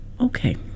Okay